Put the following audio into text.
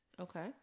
okay